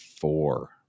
four